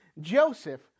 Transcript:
Joseph